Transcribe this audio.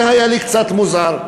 זה היה לי קצת מוזר.